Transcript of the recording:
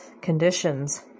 conditions